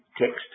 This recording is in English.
text